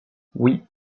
oui